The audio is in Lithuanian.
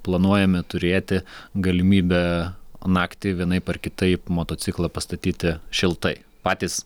planuojame turėti galimybę naktį vienaip ar kitaip motociklą pastatyti šiltai patys